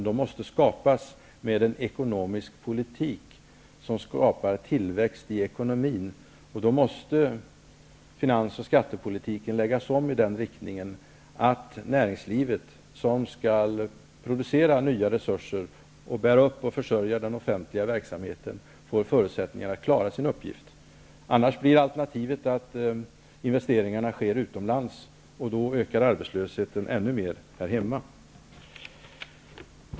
De måste skapas med en ekonomisk politik som ger tillväxt i ekonomin, och då måste finansoch skattepolitiken läggas om, så att näringslivet, som skall producera nya resurser och bära upp och försörja den offentliga verksamheten, får förutsättningar att klara sin uppgift. Alternativet är att investeringarna kommer att ske utomlands. Då ökar arbetslösheten här hemma ännu mer.